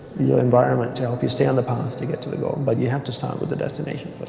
your environment tell if you stay on the path to get to the goal but you have to start with the destination